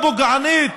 חקיקה פוגענית,